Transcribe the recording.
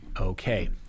okay